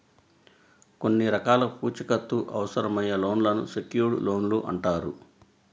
కొన్ని రకాల పూచీకత్తు అవసరమయ్యే లోన్లను సెక్యూర్డ్ లోన్లు అంటారు